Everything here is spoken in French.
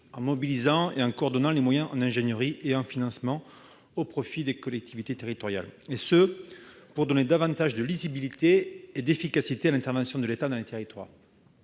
en mobilisant et en coordonnant les moyens en ingénierie et en financements au profit des collectivités territoriales, et ce pour donner davantage de lisibilité et d'efficacité à l'intervention de l'État dans les territoires.